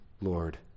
Lord